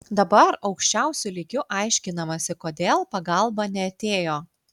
dabar aukščiausiu lygiu aiškinamasi kodėl pagalba neatėjo